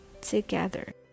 together